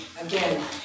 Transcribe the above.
again